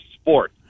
sport